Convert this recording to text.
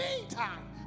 meantime